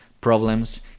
problems